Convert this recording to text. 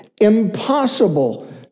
impossible